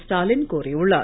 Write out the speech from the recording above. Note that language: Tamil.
ஸ்டாலின் கோரியுள்ளார்